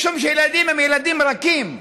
משום שהילדים הם ילדים רכים,